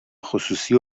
خصوصی